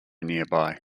nearby